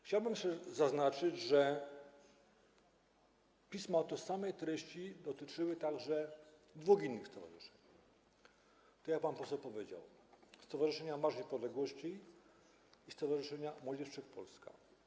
Chciałbym zaznaczyć, że pisma o tożsamej treści dotyczyły także dwóch innych stowarzyszeń, tak jak pan poseł powiedział: Stowarzyszenia Marsz Niepodległości i Stowarzyszenia Młodzież Wszechpolska.